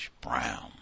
brown